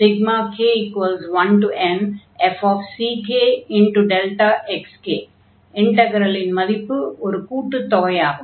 இன்டக்ரலின் மதிப்பு ஒரு கூட்டுத் தொகையாகும்